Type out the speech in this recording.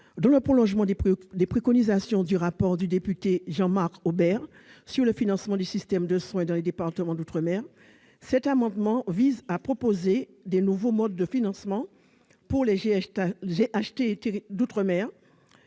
Dans le prolongement des préconisations du rapport de Jean-Marc Aubert sur le financement du système de soins dans les départements d'outre-mer, cet amendement vise à proposer de nouveaux modes de financement pour les groupements